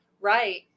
Right